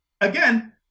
again